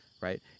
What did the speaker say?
right